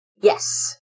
Yes